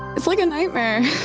it's like a nightmare,